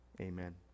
Amen